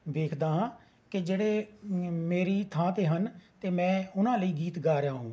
ਵੇਖਦਾ ਹਾਂ ਕਿ ਜਿਹੜੇ ਮ ਮੇਰੀ ਥਾਂ 'ਤੇ ਹਨ ਅਤੇ ਮੈਂ ਉਨ੍ਹਾਂ ਲਈ ਗੀਤ ਗਾ ਰਿਹਾ ਹੋਵਾਂ